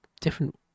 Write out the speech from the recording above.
different